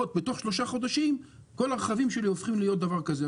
בתוך שלושה חודשים כל הרכבים שלי הופכים להיות דבר כזה,